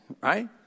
right